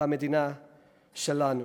במדינה שלנו.